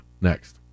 next